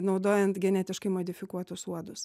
naudojant genetiškai modifikuotus uodus